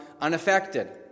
unaffected